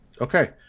Okay